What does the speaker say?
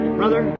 brother